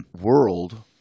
world